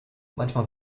manchmal